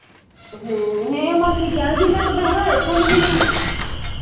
ᱦᱮᱸ ᱦᱮᱢᱟ ᱴᱷᱤᱠ ᱜᱮᱭᱟ ᱦᱤᱡᱩᱜ ᱛᱚᱵᱮ ᱦᱳᱭ ᱯᱷᱳᱱ ᱟᱹᱢᱟᱹᱧ ᱦᱟᱸᱜ